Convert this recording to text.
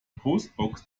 postbox